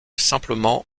simplement